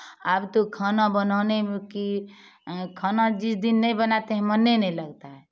अब तो खाना बनाने की खाना जिस दिन नहीं बनाते हैं मने नहीं लगता है